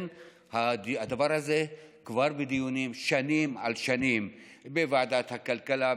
הדבר הזה כבר בדיונים שנים על שנים בוועדת הכלכלה,